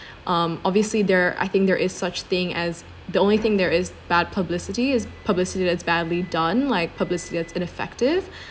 um obviously there I think there is such thing as the only thing there is bad publicity is publicity that's badly done like publicity that's ineffective